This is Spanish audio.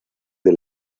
del